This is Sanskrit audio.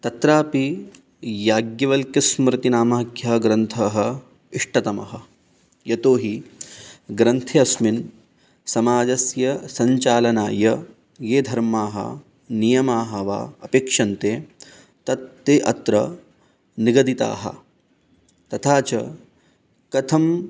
तत्रापि याज्ञवल्क्यस्मृतिनामाख्यः ग्रन्थः इष्टतमः यतो हि ग्रन्थे अस्मिन् समाजस्य सञ्चालनाय ये धर्माः नियमाः वा अपेक्षन्ते तत् ते अत्र निगदिताः तथा च कथम्